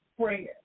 prayer